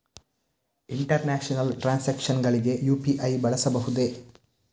International transactions ಗಳಿಗೆ UPI ಬಳಸಬಹುದೇ?